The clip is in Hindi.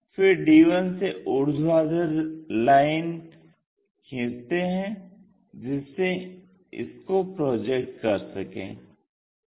फिर d1 से ऊर्ध्वाधर लाइन खींचते हैं जिससे इसको प्रोजेक्ट कर सकें